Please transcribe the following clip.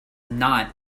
not